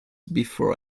before